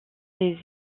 les